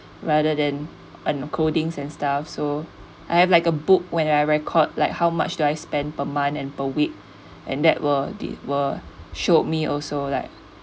rather than on clothings and stuff so I have like a book when I record like how much do I spend per month and per week and that will the will showed me also like